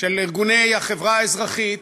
של ארגוני החברה האזרחית,